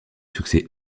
succès